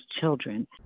children